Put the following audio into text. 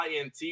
INT